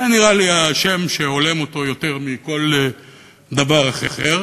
זה נראה לי השם שהולם אותו יותר מכל דבר אחר,